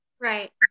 Right